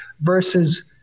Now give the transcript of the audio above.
versus